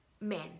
men